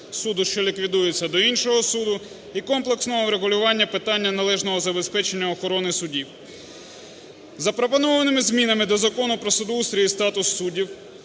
суду, що ліквідується до іншого суду, і комплексного врегулювання питання належного забезпечення охорони судів. Запропонованими змінами до Закону "Про судоустрій і статус суддів",